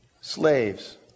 slaves